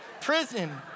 prison